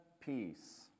peace